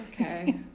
okay